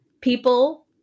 people